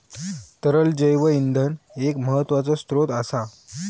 तरल जैव इंधन एक महत्त्वाचो स्त्रोत असा